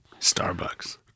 Starbucks